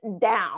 down